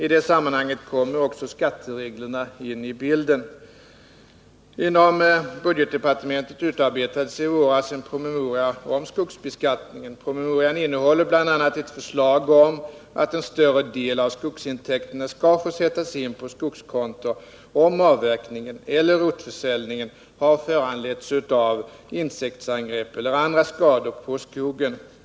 I detta sammanhang kommer också skattereglerna in i bilden. Inom budgetdepartementet utarbetades i våras en promemoria om skogsbeskattningen. Promemorian innehåller bl.a. ett förslag om att en större del av skogsintäkterna skall få sättas in på skogskonto om avverkningen eller rotförsäljningen har föranletts av insektsangrepp eller andra skador på skogen.